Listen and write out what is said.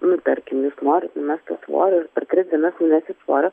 nu tarkim jūs norit numesti svorio ir per tris dienas numesit svorio